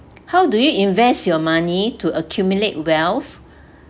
how do you invest your money to accumulate wealth